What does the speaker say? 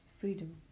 freedom